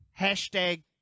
hashtag